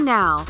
now